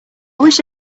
wish